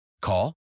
Call